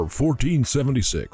1476